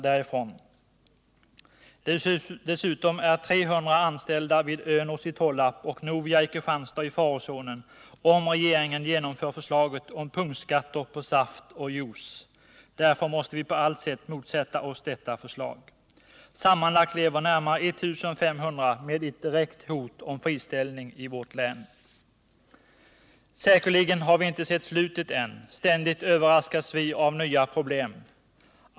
Dessutom är 300 anställda vid AB Önos i Tollarp och Novia i Kristianstad i farozonen, om regeringen genomför förslaget om punktskatter på saft och juice. Därför måste vi på allt sätt motsätta oss detta förslag. Sammanlagt lever i vårt län närmare 1 500 med ett direkt hot om friställning. Säkerligen har vi inte sett slutet än, ständigt överraskas vi av nya problem.